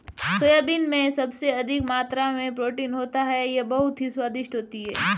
soybean में सबसे अधिक मात्रा में प्रोटीन होता है यह बहुत ही स्वादिष्ट होती हैं